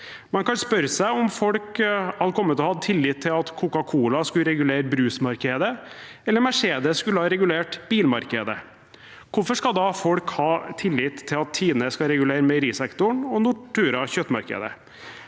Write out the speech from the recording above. Man kan spørre seg om folk hadde hatt tillit til at Coca-Cola skulle regulere brusmarkedet, eller at Mercedes skulle regulere bilmarkedet. Hvorfor skal folk da ha tillit til at TINE skal regulere meierisektoren og Nortura kjøttmarkedet?